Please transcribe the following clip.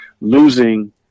losing